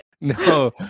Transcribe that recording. No